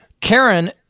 karen